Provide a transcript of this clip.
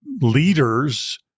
leaders